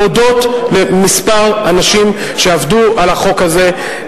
להודות לכמה אנשים שעבדו על החוק הזה,